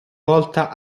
volta